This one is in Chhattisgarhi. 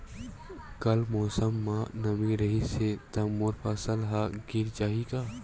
कल मौसम म नमी रहिस हे त मोर फसल ह गिर जाही का?